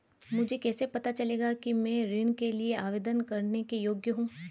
मुझे कैसे पता चलेगा कि मैं ऋण के लिए आवेदन करने के योग्य हूँ?